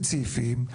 ספציפיים.